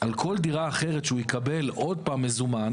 על כל דירה אחרת שהוא יקבל עוד פעם מזומן